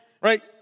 right